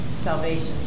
salvation